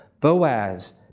Boaz